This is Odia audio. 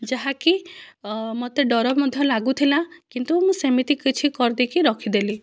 ଯାହାକି ମୋତେ ଡର ମଧ୍ୟ ଲାଗୁଥିଲା କିନ୍ତୁ ମୁଁ ସେମିତି କିଛି କରିଦେଇକି ରଖିଦେଲି